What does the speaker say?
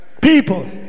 People